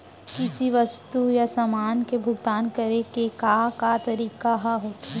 किसी वस्तु या समान के भुगतान करे के का का तरीका ह होथे?